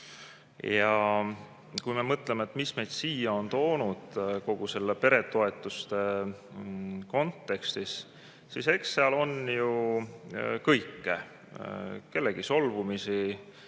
Ja kui me mõtleme, mis meid siia on toonud kogu selles peretoetuste kontekstis, eks seal on ju kõike: kellegi solvumisi,